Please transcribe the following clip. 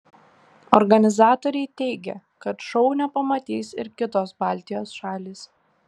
organizatoriai teigia kad šou nepamatys ir kitos baltijos šalys